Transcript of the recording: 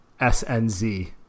SNZ